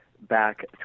back